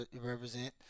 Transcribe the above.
represent